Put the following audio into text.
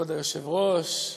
כבוד היושב-ראש,